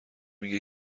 میگه